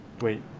Wait